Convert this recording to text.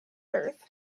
earth